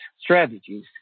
strategies